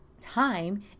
time